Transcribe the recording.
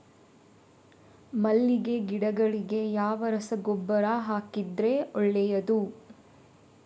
ಮಲ್ಲಿಗೆ ಗಿಡಗಳಿಗೆ ಯಾವ ರಸಗೊಬ್ಬರ ಹಾಕಿದರೆ ಒಳ್ಳೆಯದು?